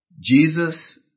Jesus